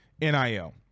NIL